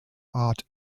art